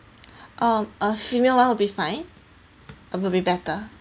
uh a female one will be fine and will be better